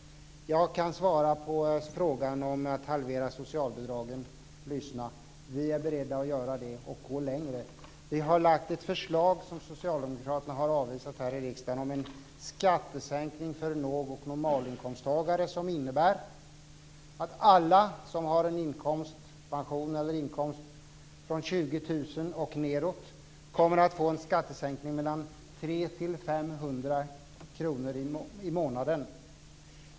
Jag kan svara på frågan om en halvering av socialbidragen. Lyssna! Vi är beredda att göra det och att gå längre. Vi har lagt ett förslag som socialdemokraterna har avvisat här i riksdagen om en skattesänkning för låg och normalinkomsttagare som innebär att alla som har en pension eller inkomst från 20 000 kr och nedåt kommer att få en skattesänkning på mellan 300 kr och 500 kr i månaden.